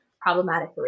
problematic